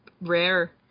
rare